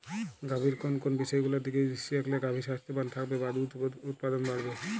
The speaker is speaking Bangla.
গাভীর কোন কোন বিষয়গুলোর দিকে দৃষ্টি রাখলে গাভী স্বাস্থ্যবান থাকবে বা দুধ উৎপাদন বাড়বে?